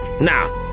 Now